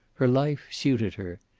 her life suited her.